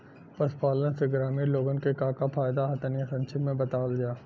पशुपालन से ग्रामीण लोगन के का का फायदा ह तनि संक्षिप्त में बतावल जा?